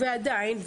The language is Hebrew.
ועדיין,